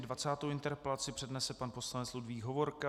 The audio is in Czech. Dvacátou interpelaci přednese pan poslanec Ludvík Hovorka.